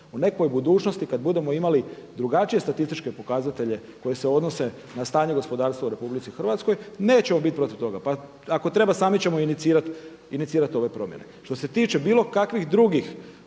U nekoj budućnosti kada budemo imali drugačije statističke pokazatelje koji se odnose na stanje gospodarstva u RH nećemo biti protiv toga. Ako treba samo ćemo inicirati ove promjene. Što se tiče bilo kakvih drugih